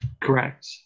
Correct